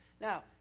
Now